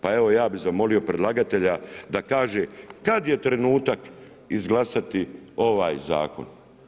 Pa evo, ja bih zamolio predlagatelja da kaže kad je trenutak izglasati ovaj Zakon.